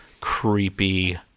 creepy